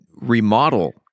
remodel